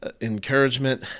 encouragement